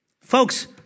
Folks